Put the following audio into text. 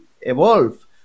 evolve